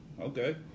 Okay